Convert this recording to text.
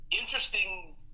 interesting